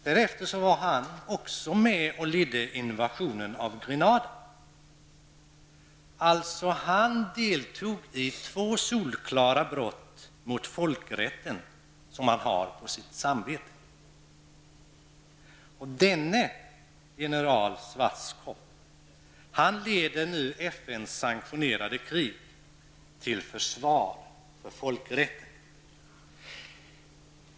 Därefter var han också med om att inleda invasionen av Grenada. Han deltog i två solklara brott mot folkrätten, vilket han alltså har på sitt samvete. Denne general Schwartzkopf leder nu FNs sanktionerade krig till försvar för folkrätten.